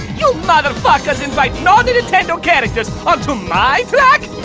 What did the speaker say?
you motherfuckers invite non-nintendo characters onto my track?